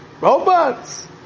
Robots